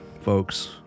folks